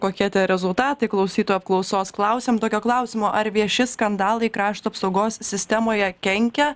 kokie tie rezultatai klausytojų apklausos klausėm tokio klausimo ar vieši skandalai krašto apsaugos sistemoje kenkia